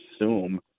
assume